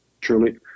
truly